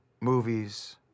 movies